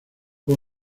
fue